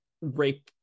rape